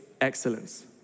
excellence